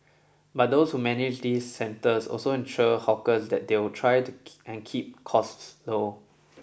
but those who manage these centres also assure hawkers that they'll try to and keep costs low